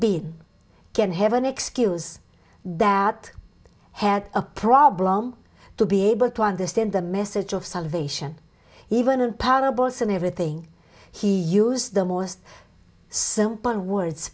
being can have an excuse that had a problem to be able to understand the message of salvation even and power bars and everything he use the most simple